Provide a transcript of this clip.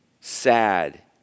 sad